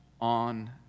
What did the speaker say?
on